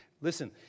Listen